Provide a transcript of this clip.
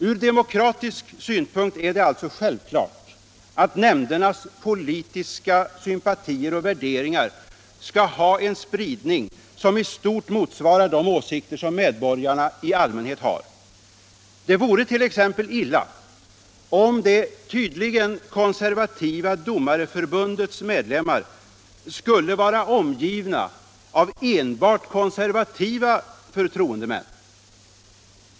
§ Från demokratisk synpunkt är det alltså självklart att nämndernas politiska sympatier och värderingar skall ha en spridning som i stort motsvarar de åsikter medborgarna i allmänhet har. Det vore t.ex. illa om det tydligen konservativa Domareförbundets medlemmar skulle vara omgivna av enbart konservativa förtroendemän.